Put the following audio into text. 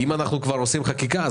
אם אנחנו עושים חקיקה,